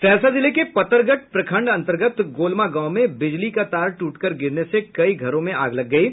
सहरसा जिले के पतरघट प्रखंड अंतर्गत गोलमा गांव में बिजली का तार ट्रटकर गिरने से कई घरों में आग लग गयी